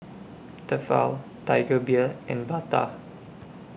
Tefal Tiger Beer and Bata